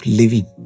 living